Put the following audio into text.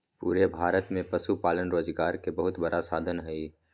पूरे भारत में पशुपालन रोजगार के बहुत बड़ा साधन हई